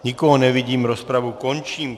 Nikoho nevidím, rozpravu končím.